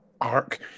arc